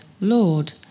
Lord